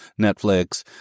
netflix